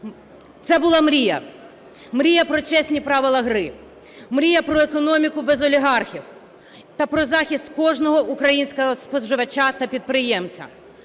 Це була мрія. Мрія про чесні правила гри, мрія про економіку без олігархів та про захист кожного українського споживача та підприємця.